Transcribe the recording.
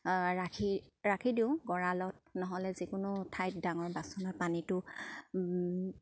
ৰাখি ৰাখি দিওঁ গঁড়ালত নহ'লে যিকোনো ঠাইত ডাঙৰ বাচনৰ পানীটো